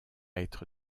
être